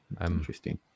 Interesting